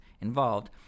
involved